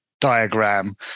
diagram